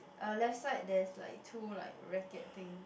uh left side there's like two like racket thing